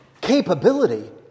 capability